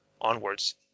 onwards